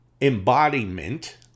embodiment